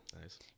nice